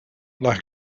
like